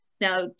Now